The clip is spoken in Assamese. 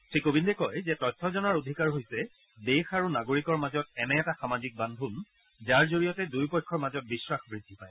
শ্ৰীকোবিন্দে কয় যে তথ্য জনাৰ অধিকাৰ হৈছে দেশ আৰু নাগৰিকৰ মাজত এনে এটা সামাজিক বান্ধোন যাৰ জৰিয়তে দুয়োপক্ষৰ মাজত বিশ্বাস বৃদ্ধি পায়